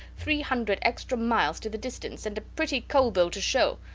three hundred extra miles to the distance, and a pretty coal bill to show.